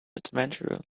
adventurer